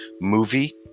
movie